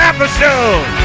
Episode